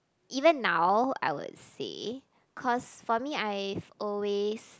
even now I would say cause for me I've always